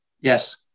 yes